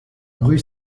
rue